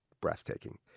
breathtaking